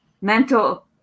mental